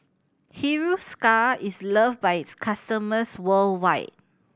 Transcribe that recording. Hiruscar is loved by its customers worldwide